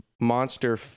monster